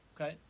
Okay